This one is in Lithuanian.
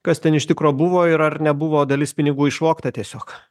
kas ten iš tikro buvo ir ar nebuvo dalis pinigų išvogta tiesiog